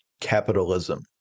capitalism